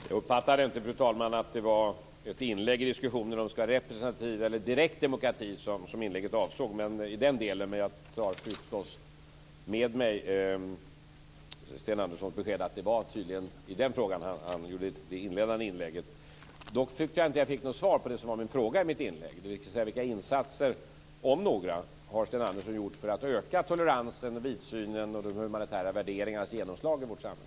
Fru talman! Jag uppfattade inte att det var fråga om ett inlägg i diskussionen om vi skall ha representativ eller direkt demokrati som avsågs. Jag tar förstås med mig Sten Anderssons besked att det var i den frågan som han uttalade sig. Dock tyckte jag inte att jag fick något svar på min fråga. Vilka insatser, om några, har Sten Andersson gjort för att öka toleransen, vidsynen och de humanitära värderingarnas genomslag i vårt samhälle?